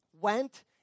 went